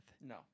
No